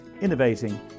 innovating